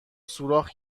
سوراخ